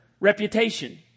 Reputation